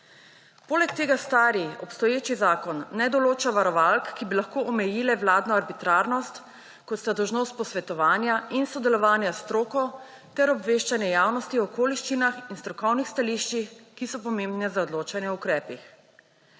Poleg tega stari obstoječi zakon ne določa varovalk, ki bi lahko omejile vladno arbitrarnost, kot sta dolžnost posvetovanja in sodelovanja s stroko ter obveščanje javnosti o okoliščinah in strokovnih stališčih, ki so pomembne za odločanje o ukrepih.